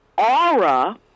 aura